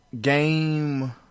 game